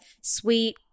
sweet